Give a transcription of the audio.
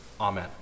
Amen